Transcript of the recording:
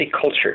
culture